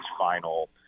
final